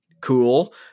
cool